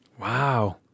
Wow